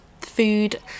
food